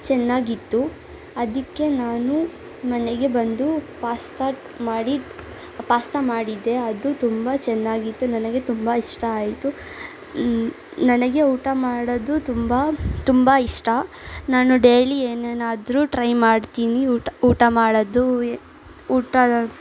ಚೆನ್ನಾಗಿತ್ತು ಅದಕ್ಕೆ ನಾನು ಮನೆಗೆ ಬಂದು ಪಾಸ್ತ ಮಾಡಿ ಪಾಸ್ತ ಮಾಡಿದ್ದೆ ಅದು ತುಂಬ ಚೆನ್ನಾಗಿತ್ತು ನನಗೆ ತುಂಬ ಇಷ್ಟ ಆಯಿತು ನನಗೆ ಊಟ ಮಾಡೋದು ತುಂಬ ತುಂಬ ಇಷ್ಟ ನಾನು ಡೈಲಿ ಏನನ್ನಾದರೂ ಟ್ರೈ ಮಾಡ್ತೀನಿ ಊಟ ಊಟ ಮಾಡೋದು ಊಟ